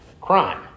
crime